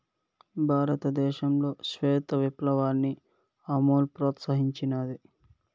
భారతదేశంలో శ్వేత విప్లవాన్ని అమూల్ ప్రోత్సహించినాది